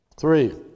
Three